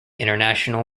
international